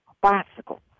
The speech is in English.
bicycle